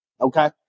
Okay